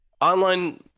Online